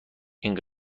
این